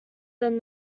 than